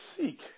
seek